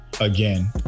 again